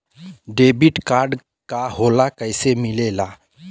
Debit card का होला कैसे मिलेला?